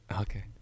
Okay